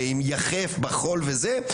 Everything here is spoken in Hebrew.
יחף בחול וזה,